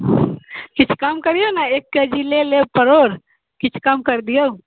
किछु कम करियौ ने एक के जी लऽ लेब परोर किछु कम करि दियौ